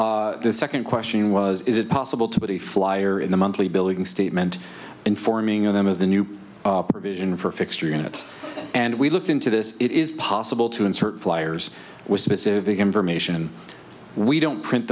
are the second question was is it possible to put a flyer in the monthly billing statement informing them of the new provision for fixed units and we looked into this it is possible to insert flyers with specific information we don't print